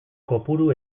kopuru